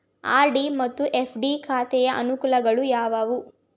RD ಮತ್ತು FD ಖಾತೆಯ ಅನುಕೂಲಗಳು ಯಾವುವು?